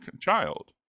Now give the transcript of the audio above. child